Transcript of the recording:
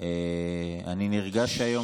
אני נרגש היום,